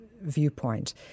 viewpoint